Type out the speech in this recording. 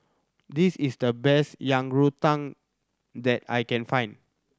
this is the best Yang Rou Tang that I can find